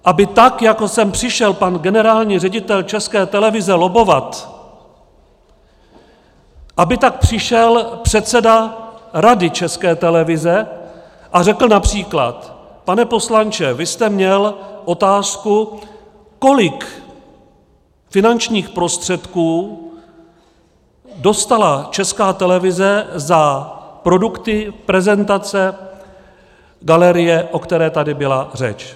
Aby tak jako sem přišel pan generální ředitel České televize lobbovat, aby tak přišel předseda Rady České televize a řekl například: pane poslanče, vy jste měl otázku, kolik finančních prostředků dostala Česká televize za produkty prezentace galerie, o které tady byla řeč.